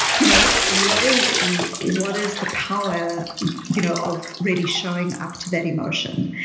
you know what is what is the power you know of really showing up to that emotion?